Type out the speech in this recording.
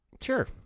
Sure